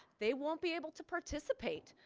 they won't be able to participate.